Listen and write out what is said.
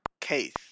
case